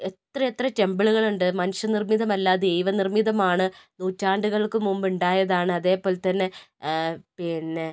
എത്രയെത്ര ടെമ്പിളുകളുണ്ട് മനുഷ്യ നിർമ്മിതമല്ലാതെ ദൈവ നിർമ്മിതമാണ് നൂറ്റാണ്ടുകൾക്ക് മുൻപ് ഉണ്ടായതാണ് അതേപോലെത്തന്നെ പിന്നെ